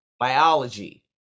Biology